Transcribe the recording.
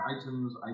items